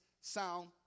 sound